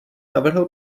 navrhl